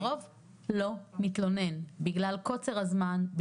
הרוב לא מתלונן בגלל קוצר הזמן.